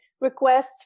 requests